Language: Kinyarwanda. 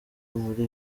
muri